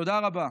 תודה רבה.